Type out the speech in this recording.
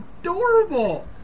Adorable